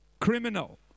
criminal